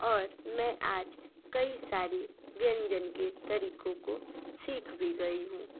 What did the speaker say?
और मैं आज कई सारी व्यंजन के तरीकों को सीख भी गई हूँ